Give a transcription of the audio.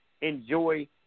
enjoy